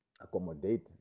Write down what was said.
accommodate